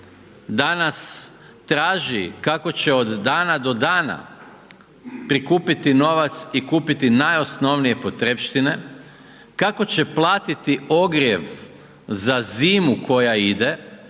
danas traži kako će od dana do dana prikupiti novac i kupiti najosnovnije potrepštine, kako će platiti ogrjev za zimu koja ide.